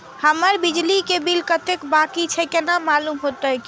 हमर बिजली के बिल कतेक बाकी छे केना मालूम होते?